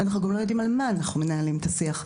אנחנו גם לא יודעים על מה אנחנו מנהלים את השיח.